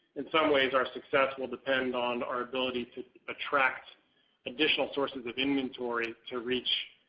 in some ways, our success will depend on our ability to attract additional sources of inventory to reach